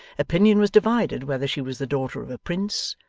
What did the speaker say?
opinion was divided whether she was the daughter of a prince,